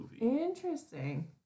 Interesting